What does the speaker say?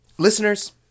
Listeners